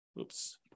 oops